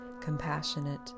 compassionate